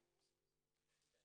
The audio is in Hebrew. לכם,